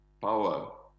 power